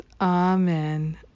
Amen